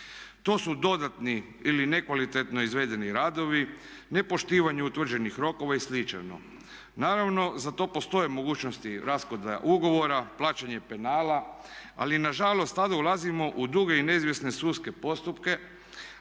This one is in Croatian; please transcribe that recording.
To su dodatni ili nekvalitetno izvedeni radovi, nepoštivanje utvrđenih rokova i slično. Naravno, za to postoje mogućnosti raskida ugovora, plaćanje penala. Ali na žalost tada ulazimo u duge i neizvjesne sudske postupke,